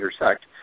intersect